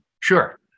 Sure